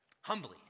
humbly